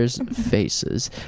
faces